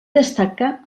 destaca